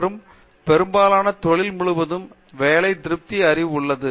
மற்றும் பெரும்பாலான தொழில் முழுவதும் வேலை திருப்தி அறிவு உள்ளது